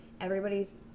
everybody's